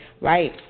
right